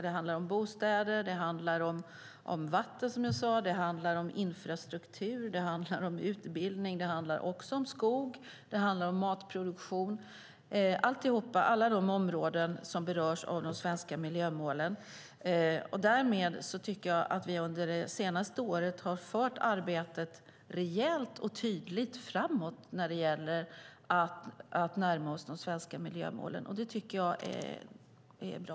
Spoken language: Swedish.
Det handlar om bostäder, vatten, infrastruktur, utbildning, skog och matproduktion och om alla de områden som berörs av de svenska miljömålen. Därmed tycker jag att vi under det senaste året har fört arbetet rejält och tydligt framåt när det gäller att närma oss de svenska miljömålen. Det tycker jag är bra.